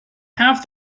have